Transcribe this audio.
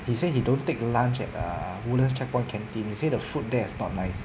he said he don't take lunch at err woodlands checkpoint canteen he say the food there is not nice